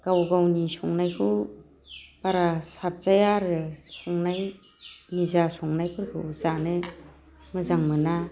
गाव गावनि संनायखौ बारा साबजाया आरो संनाय निजा संनायफोरखौ जानो मोजां मोना